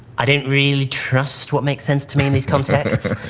i didn't really trust what makes sense to me in these contexts.